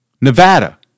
Nevada